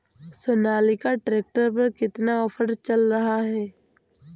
Sonalika tractor पर कितना offer चल रहा है?